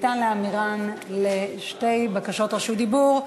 תוכל להמירן לשתי בקשות רשות דיבור.